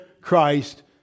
Christ